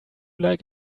like